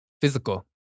physical